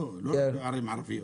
לא רק בערים ערביות.